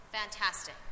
Fantastic